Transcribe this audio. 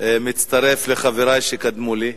אני מצטרף לחברי שקדמו לי,